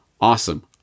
Awesome